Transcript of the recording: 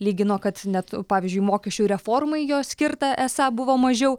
lygino kad net pavyzdžiui mokesčių reformai jos skirta esą buvo mažiau